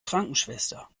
krankenschwester